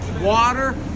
water